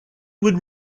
would